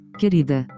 querida